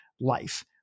life